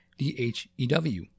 DHEW